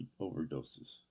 overdoses